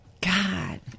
God